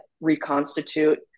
reconstitute